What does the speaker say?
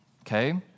Okay